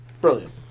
brilliant